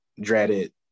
dreaded